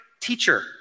teacher